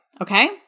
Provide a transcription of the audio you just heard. okay